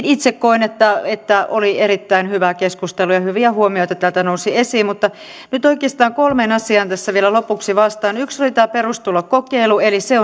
itse koen että että oli erittäin hyvä keskustelu ja hyviä huomioita täältä nousi esiin mutta nyt oikeastaan kolmeen asiaan tässä vielä lopuksi vielä vastaan yksi oli tämä perustulokokeilu se